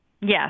Yes